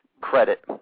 credit